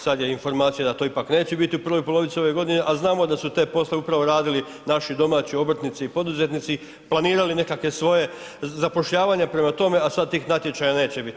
Sada je informacija da to ipak neće biti u prvoj polovici ove godine, a znamo da su te poslove upravo radili naši domaći obrtnici i poduzetnici, planirali nekakve svoja zapošljavanja, prema tome, a sada tih natječaja neće biti.